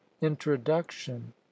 introduction